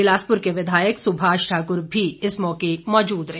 बिलासपुर के विधायक सुभाष ठाकुर भी इस मौके मौजूद रहे